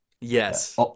Yes